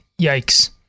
yikes